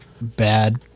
bad